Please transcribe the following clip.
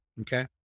Okay